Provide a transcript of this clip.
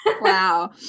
Wow